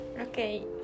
Okay